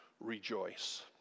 rejoice